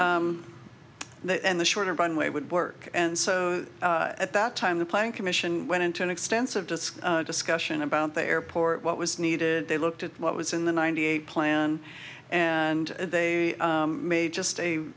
they and the shorter runway would work and so at that time the plane commission went into an extensive disc discussion about the airport what was needed they looked at what was in the ninety eight plan and they may just